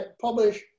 publish